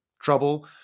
trouble